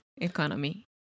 economy